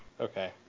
Okay